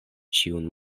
ĉiun